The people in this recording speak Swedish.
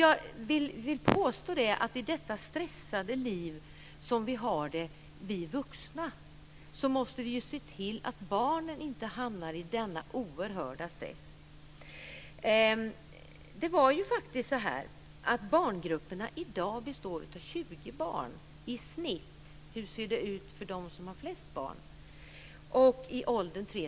Jag vill påstå att i det stressade liv som vi vuxna har så måste vi se till att barnen inte hamnar i denna oerhörda stress. Barngrupperna i åldrarna 3-5 år består i dag av i genomsnitt 20 barn. Hur ser det då ut i de grupper som har flest barn?